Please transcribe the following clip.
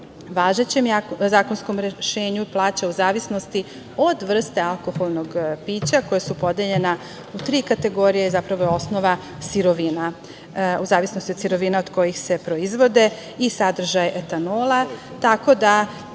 važećem zakonskom rešenju, plaća u zavisnosti od vrste alkoholnog pića, koja su podeljena u tri kategorije, zapravo je osnova sirovina, u zavisnosti od sirovina od kojih se proizvode i sadržaj etanola.